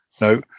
no